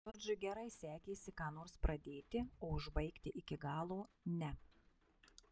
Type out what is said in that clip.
džordžui gerai sekėsi ką nors pradėti o užbaigti iki galo ne